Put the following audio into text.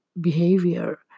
behavior